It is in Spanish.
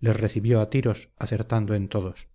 les recibió a tiros acertando en todos